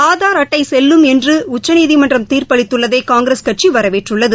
ஆதார் அட்டை செல்லும் என்ற உச்சநீதிமன்ற தீர்ப்பை காங்கிரஸ் கட்சி வரவேற்றுள்ளது